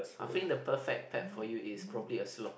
I fling the perfect pet for you is probably a sloth